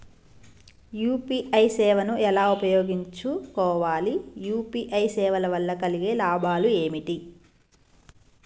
UPI సేవను ఎలా ఉపయోగించు కోవాలి? యూ.పీ.ఐ సేవల వల్ల కలిగే లాభాలు ఏమిటి?